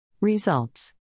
Results